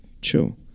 chill